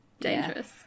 Dangerous